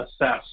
assess